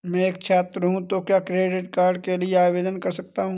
मैं एक छात्र हूँ तो क्या क्रेडिट कार्ड के लिए आवेदन कर सकता हूँ?